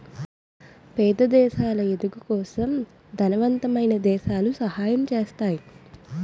పేద దేశాలు ఎదుగుదల కోసం తనవంతమైన దేశాలు సహాయం చేస్తాయి